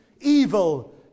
evil